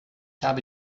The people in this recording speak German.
habe